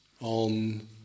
on